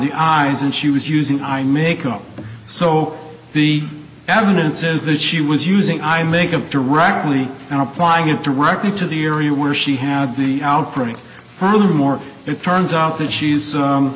the eyes and she was using i make up so the evidence is that she was using i make up directly and applying it directly to the area where she had the outbreak more it turns out that she's